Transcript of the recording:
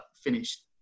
finished